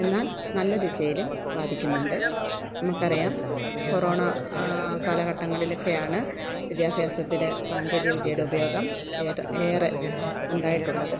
എന്നാൽ നല്ല ദിശയിലും ബാധിക്കുന്നുണ്ട് നമുക്ക് അറിയാം കൊറോണ കാലഘട്ടങ്ങളിലൊക്കെയാണ് വിദ്യാഭ്യാസത്തിൽ സാങ്കേതിക വിദ്യയുടെ ഉപയോഗം ഏത് ഏറെ ഉണ്ടായിട്ടുള്ളത്